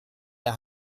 der